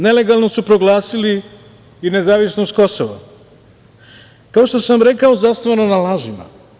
Nelegalno su proglasili i nezavisnost Kosova, kao što sam rekao, zasnovao na lažima.